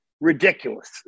ridiculous